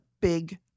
big